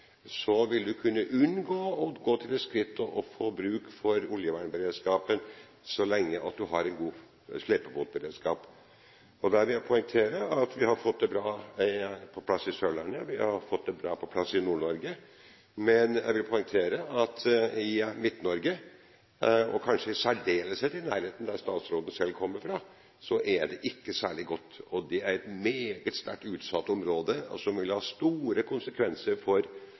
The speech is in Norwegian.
vil man kunne unngå å gå til det skritt å få bruk for oljevernberedskapen, så lenge man har en god slepebåtberedskap. Her vil jeg poengtere at vi har fått den bra på plass på Sørlandet, vi har fått den bra på plass i Nord-Norge, men i Midt-Norge, og kanskje i særdeleshet i nærheten av der statsråden selv kommer fra, er den ikke særlig bra – og det er et meget sterkt utsatt område, hvor det vil ha store konsekvenser for